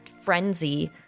frenzy